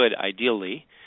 ideally –